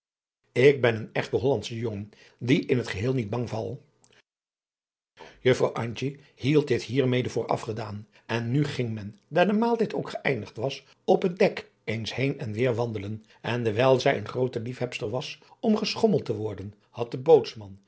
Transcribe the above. ik ben een echte hollandsche jongen die in het geheel niet bang val juffrouw antje hield dit hiermede voor afgedaan en nu ging men daar de maaltijd ook geëindigd was op het dek eens heen en weêr wandelen en dewijl zij een groote liefhebster was om geschommeld te worden had de bootsman